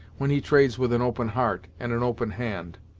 when he trades with an open heart, and an open hand.